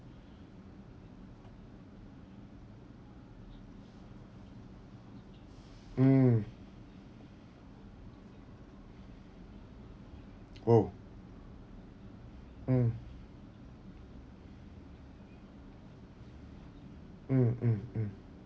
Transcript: mm oh mm mm mm mm